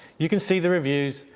you can see the reviews.